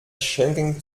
schengen